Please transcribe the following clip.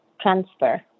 transfer